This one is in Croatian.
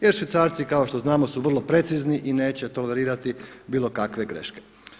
Jer Švicarci kao što znamo su vrlo precizni i neće tolerirati bilo kakve greške.